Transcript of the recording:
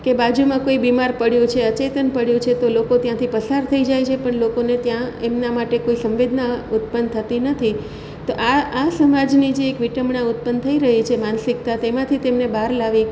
કે બાજુમાં કોઈ બીમાર પડ્યું છે અચેતન પડ્યું છે તો લોકો ત્યાંથી પસાર થઈ જાય છે પણ લોકોને ત્યાં એમના માટે કોઈ સંવેદના ઉત્પન્ન થતી નથી તો આ આ સમાજને જે એક વિડંબણા ઉત્પન્ન થઈ રહી છે માનસિકતા તેમાંથી તેમણે બહાર લાવી